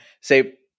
say